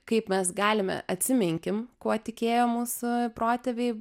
kaip mes galime atsiminkim kuo tikėjo mūsų protėviai